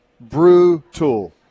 Brutal